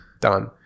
done